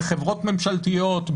בחברות ממשלתיות,